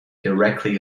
directly